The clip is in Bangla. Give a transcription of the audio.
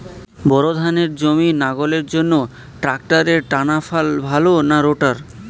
বোর ধানের জমি লাঙ্গলের জন্য ট্রাকটারের টানাফাল ভালো না রোটার?